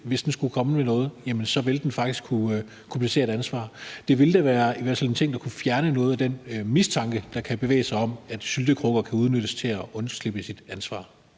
hvis den skulle komme frem med noget, faktisk ville kunne placere et ansvar. Det ville da i hvert fald være en ting, der ville kunne fjerne noget af den mistanke, der kan være, om, at syltekrukker kan udnyttes til, at man undslipper sit ansvar.